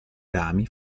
rami